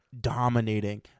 dominating